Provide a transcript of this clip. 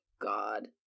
God